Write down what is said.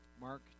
Mark